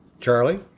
Charlie